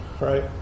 right